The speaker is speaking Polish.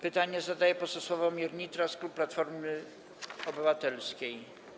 Pytanie zadaje poseł Sławomir Nitras, klub Platformy Obywatelskiej.